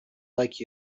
like